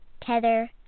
tether